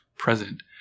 present